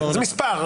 זה מספר.